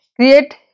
create